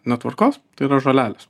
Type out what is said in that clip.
netvarkos tai yra žolelės